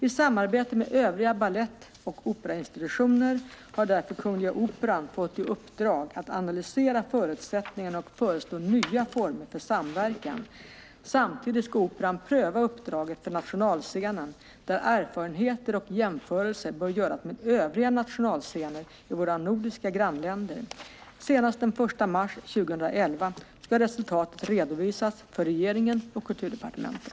I samarbete med övriga opera och balettinstitutioner har därför Kungliga Operan fått i uppdrag att analysera förutsättningarna och föreslå nya former för samverkan. Samtidigt ska Operan pröva uppdraget för nationalscenen där erfarenheter och jämförelser bör göras med övriga nationalscener i våra nordiska grannländer. Senast den 1 mars 2011 ska resultatet redovisas för regeringen och Kulturdepartementet.